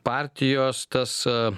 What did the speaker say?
partijos tas a